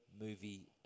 movie